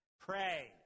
Pray